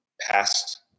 past